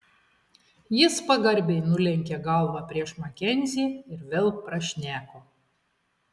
jis pagarbiai nulenkė galvą prieš makenzį ir vėl prašneko